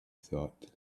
thought